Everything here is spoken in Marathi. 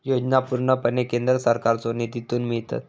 योजना पूर्णपणे केंद्र सरकारच्यो निधीतून मिळतत